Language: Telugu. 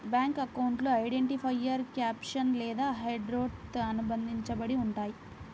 బ్యేంకు అకౌంట్లు ఐడెంటిఫైయర్ క్యాప్షన్ లేదా హెడర్తో అనుబంధించబడి ఉంటయ్యి